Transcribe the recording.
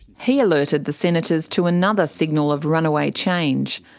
he alerted the senators to another signal of runaway change.